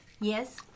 Yes